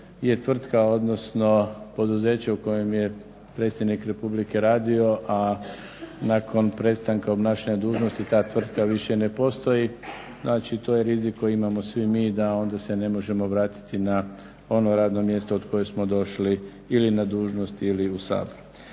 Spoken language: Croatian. je tvrtka odnosno poduzeće u kojem je Predsjednik Republike radio, a nakon prestanka obnašanja dužnosti ta tvrtka više ne postoji. Znači, to je rizik koji imamo svi mi da onda se ne možemo vratiti na ono radno mjesto na koje smo došli ili na dužnost ili u Sabor.